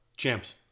Champs